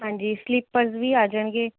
ਹਾਂਜੀ ਸਲੀਪਰਸ ਵੀ ਆ ਜਾਣਗੇ